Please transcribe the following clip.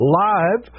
live